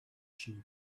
sheep